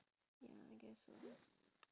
ya I guess so